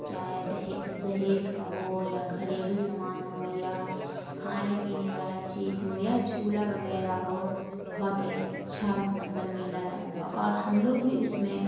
چاہے دہے جہیز کا ہو یا گھریلو سامان ہو یا کھانے پینے والا چیز ہو یا جھولا وغیرہ ہو بہت ہی اچھا مطلب میلہ لگتا ہے اور ہم لوگ بھی اس میں